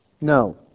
No